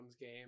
game